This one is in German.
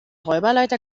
räuberleiter